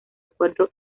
acuerdo